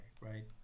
right